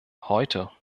heute